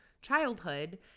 childhood